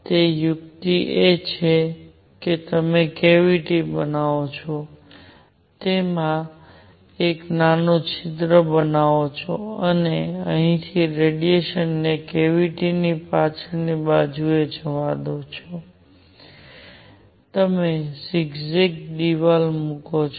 તેથી યુક્તિ એ છે કે તમે કેવીટી બનાવો છો તેમાં એક નાનું છિદ્ર બનાવો છો અને અહીંથી રેડિયેશનને કેવીટી ની પાછળની બાજુએ જવા દો છો તમે ઝિગઝેગ દિવાલ મૂકો છો